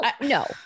No